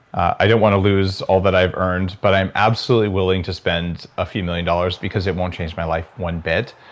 i didn't want to lose all that i've earned, but i'm absolutely willing to spend a few million dollars because it won't change my life one bit,